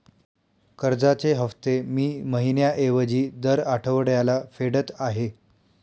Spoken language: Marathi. कर्जाचे हफ्ते मी महिन्या ऐवजी दर आठवड्याला फेडत आहे